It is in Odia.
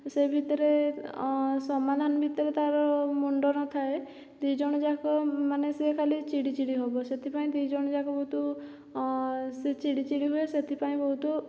ସେ ଭିତରେ ସମାଧାନ ଭିତରେ ତାର ମୁଣ୍ଡ ନଥାଏ ଦି ଜଣଯାକ ମାନେ ସିଏ ଖାଲି ଚିଡ଼ିଚିଡ଼ି ହେବ ସେଥିପାଇଁ ଦି ଜଣ ଯାକ ବହୁତ ସେ ଚିଡ଼ି ଚିଡ଼ି ହୁଏ ସେଥିପାଇଁ ବହୁତ